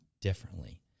differently